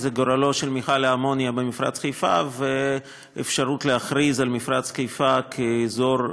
גורלו של מפעל האמוניה במפרץ חיפה והאפשרות להכריז על מפרץ חיפה אזור,